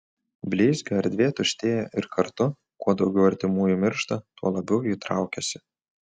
bleizgio erdvė tuštėja ir kartu kuo daugiau artimųjų miršta tuo labiau ji traukiasi